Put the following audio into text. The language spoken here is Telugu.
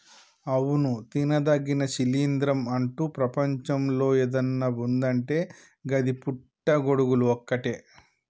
అవును తినదగిన శిలీంద్రం అంటు ప్రపంచంలో ఏదన్న ఉన్నదంటే గది పుట్టి గొడుగులు ఒక్కటే